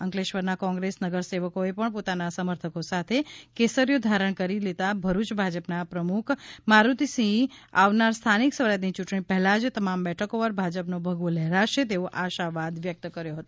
અંકલેશ્વરના કોંગ્રેસ નગરસેવકોએ પણ પોતાના સમર્થકો સાથે કેસરિયો ધારણ કરી લેતા ભરૂચ ભાજપના પ્રમુખ મારૂતિસિંહ આવનાર સ્થાનિક સ્વરાજ્યની યૂંટણી પહેલા જ તમામ બેઠકો પર ભાજપનો ભગવો લહેરાશે તેવો આશાવાદ વ્યક્ત કર્યો હતો